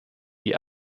die